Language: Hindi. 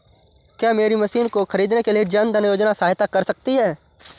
क्या मेरी मशीन को ख़रीदने के लिए जन धन योजना सहायता कर सकती है?